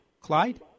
Clyde